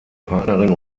partnerin